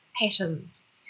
patterns